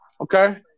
Okay